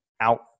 out